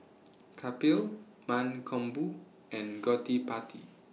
Kapil Mankombu and Gottipati